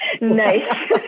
Nice